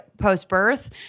post-birth